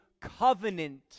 covenant